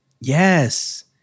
Yes